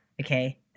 okay